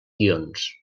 guions